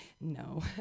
no